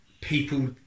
people